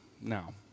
now